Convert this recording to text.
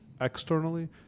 Externally